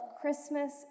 Christmas